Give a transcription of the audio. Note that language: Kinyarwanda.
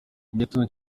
gitondo